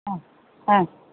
ആ ആ